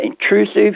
intrusive